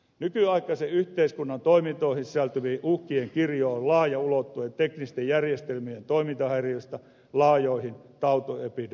nykyaikaisen yhteiskunnan toimintoihin sisältyvien uhkien kirjo on laaja ulottuen teknisten järjestelmien toimintahäiriöistä laajoihin tautiepidemioihin saakka